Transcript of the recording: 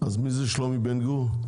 אז מי זה שלומי בן גור?